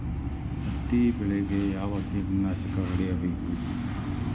ಹತ್ತಿ ಬೆಳೇಗ್ ಯಾವ್ ಕೇಟನಾಶಕ ಹೋಡಿಬೇಕು?